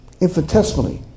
infinitesimally